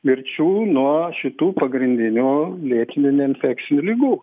mirčių nuo šitų pagrindinių lėtinių neinfekcinių ligų